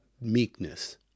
meekness